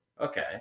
Okay